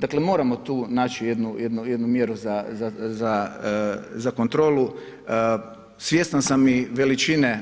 Dakle, moramo tu naći jednu mjeru za kontrolu, svjestan sam i veličine